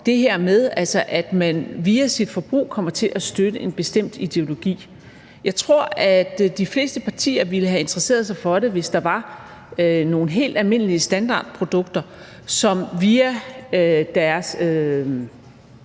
det her med, at man via sit forbrug kommer til at støtte en bestemt ideologi. Jeg tror, at de fleste partier ville have interesseret sig for det, hvis der var nogle helt almindelige standardprodukter, som via deres